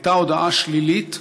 היא הייתה הודעה שלילית,